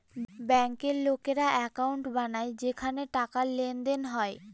ব্যাঙ্কের লোকেরা একাউন্ট বানায় যেখানে টাকার লেনদেন হয়